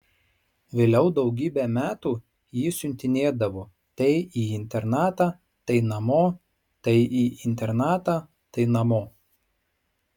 vėliau daugybę metų jį siuntinėdavo tai į internatą tai namo tai į internatą tai namo